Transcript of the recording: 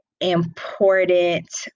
important